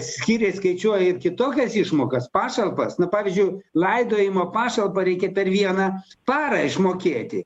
skyriai skaičiuoja ir kitokias išmokas pašalpas na pavyzdžiu laidojimo pašalpą reikia per vieną parą išmokėti